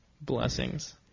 Blessings